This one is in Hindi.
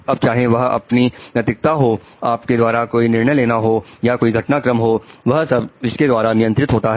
अब चाहे वह आपकी नैतिकता हो आपके द्वारा कोई निर्णय लेना हो या कोई घटना क्रम हो वह सब इसके द्वारा नियंत्रित होता है